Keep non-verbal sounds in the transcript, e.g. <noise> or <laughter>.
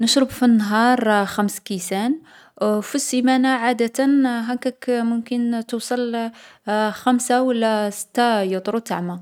نشرب في النهار خمس كيسان او في السيمانة عادة هاكاك ممكن توصل <hesitation> خمسة و لا ستة يوطرو تاع ما.